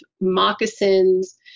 moccasins